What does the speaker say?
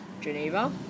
Geneva